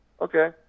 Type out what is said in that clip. okay